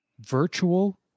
virtual